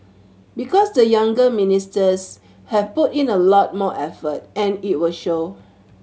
because the younger ministers have put in a lot more effort and it will show